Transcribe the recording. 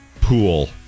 pool